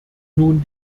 nun